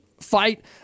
fight